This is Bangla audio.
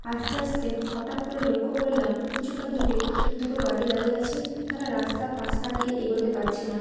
আসতে আসতে হঠাৎ করে লক্ষ্য করলাম কিছুটা দূরে দুটো গাড়ি দাঁড়িয়ে আছে তারা রাস্তা পাশ কাটিয়ে এগোতে পারছে না